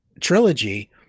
trilogy